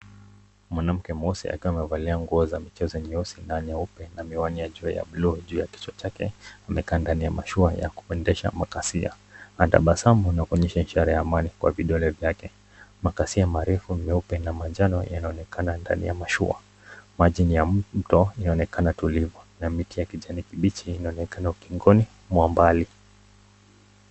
Mwanamke mweusi akiwa amevalia nguo za michezo nyeusi na nyeupe na miwani ya juu ya blue juu ya kichwa chake. Amekaa ndani ya mashua ya kuendesha makasia ana tabasamu na kuonyesha ishara ya imani kwa vidole vyake. Makasia marefu meupe na manjano yanaonekana ndani ya mashua. Maji ya mto inaonekana tulivu na miti ya kijani kibichi yanaonekana ukingoni mwa mbali.